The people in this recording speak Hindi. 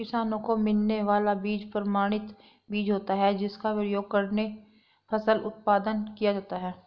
किसानों को मिलने वाला बीज प्रमाणित बीज होता है जिसका प्रयोग करके फसल उत्पादन किया जाता है